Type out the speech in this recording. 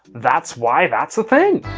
that's why that's a thing.